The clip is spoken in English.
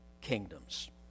kingdoms